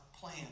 plan